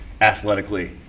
athletically